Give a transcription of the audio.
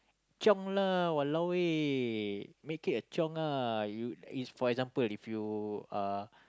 chiong lah !walao! eh make it a chiong lah is for example if you uh